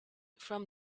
from